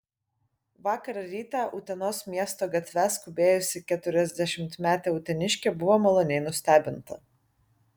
vakar rytą utenos miesto gatve skubėjusi keturiasdešimtmetė uteniškė buvo maloniai nustebinta